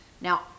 Now